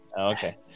Okay